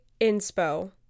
inspo